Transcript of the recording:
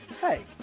Hey